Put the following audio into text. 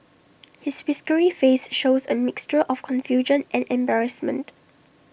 his whiskery face shows A mixture of confusion and embarrassment